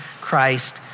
Christ